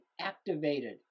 activated